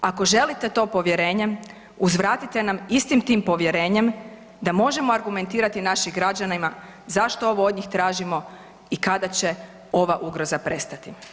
Ako želite to povjerenje uzvratite nam istim tim povjerenjem da možemo argumentirati našim građanima zašto ovo od njih tražimo i kada će ova ugroza prestati.